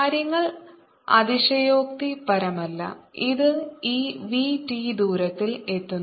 കാര്യങ്ങൾ അതിശയോക്തിപരമല്ല അത് ഈ v t ദൂരത്തിൽ എത്തുന്നു